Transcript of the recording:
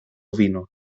vino